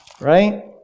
right